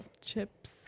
chips